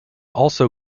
also